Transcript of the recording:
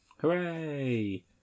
Hooray